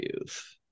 youth